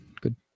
Good